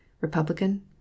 Republican